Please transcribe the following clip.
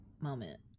moment